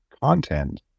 content